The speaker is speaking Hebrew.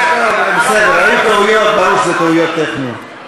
זה בסדר, היו טעויות, ברור שאלה טעויות טכניות.